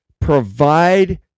Provide